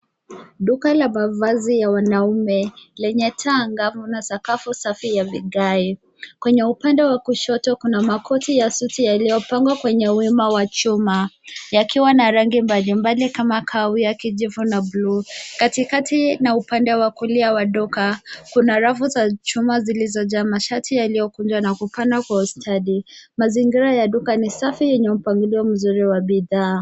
Duka la mavazi ya wanaume lenye taa angavu na sakafu safi ya vigae. Kwenye upande wa kushoto kuna makoti yaliyopangwa kwenye wima wa chuma yakiwa na rangi mbali mbali kama kahawia, kijivu na bluu. Katikati na upande wa kulia wa duka, kuna rafu za chuma zilizojaa mashati yaliyokunjwa na kupangwa kwa ustadi. Mazingira ya duka ni safi yenye mpangilio mzuri wa bidhaa.